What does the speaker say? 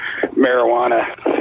marijuana